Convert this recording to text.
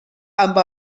amb